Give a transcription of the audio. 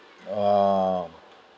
err